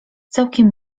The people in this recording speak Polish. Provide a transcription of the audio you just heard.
całkiem